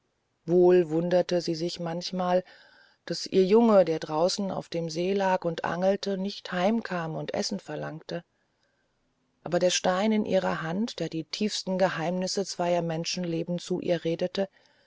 wohl wunderte sie sich manchmal daß ihr junge der draußen auf dem see lag und angelte nicht heimkam und essen verlangte aber der stein in ihrer hand der die tiefsten geheimnisse zweier menschenleben zu ihr redete